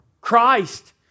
Christ